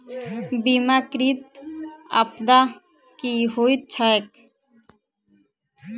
बीमाकृत आपदा की होइत छैक?